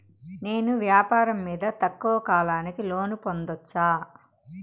నేను వ్యాపారం మీద తక్కువ కాలానికి లోను పొందొచ్చా?